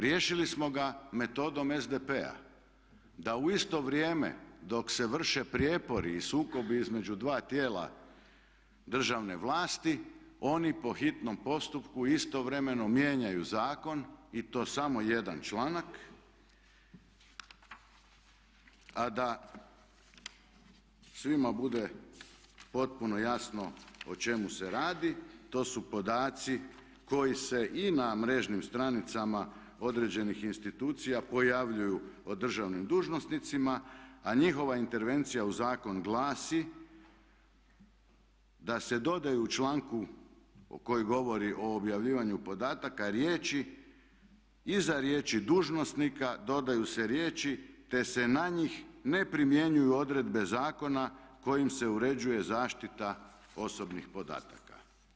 Riješili smo ga metodom SDP-a, da u isto vrijeme dok se vrše prijepori i sukobi između dva tijela državne vlasti oni po hitnom postupku istovremeno mijenjaju zakon i to samo jedan članak a da svima bude potpuno jasno o čemu se radi to su podaci koji se i na mrežnim stranicama određenih institucija pojavljuju o državnim dužnosnicima, a njihova intervencija u zakon glasi da se dodaju članku koji govori o objavljivanju podataka riječi iza riječi dužnosnika dodaju se riječi te se na njih ne primjenjuju odredbe zakona kojim se uređuje zaštita osobnih podataka.